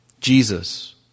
Jesus